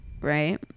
right